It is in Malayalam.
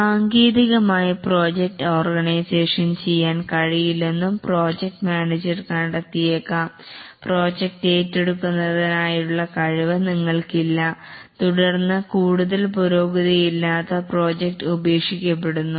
സാങ്കേതികമായി പ്രോജക്ട് ഓർഗനൈസേഷൻ ചെയ്യാൻ കഴിയില്ലെന്നും പ്രോജക്ട് മാനേജർ കണ്ടെത്തിയേക്കാം പ്രോജക്റ്റ് ഏറ്റെടുക്കുന്നതിനായി ഉള്ള കഴിവ് നിങ്ങൾക്കില്ല തുടർന്ന് കൂടുതൽ പുരോഗതി ഇല്ലാത്ത പ്രോജക്ട് ഉപേക്ഷിക്കപ്പെടുന്നു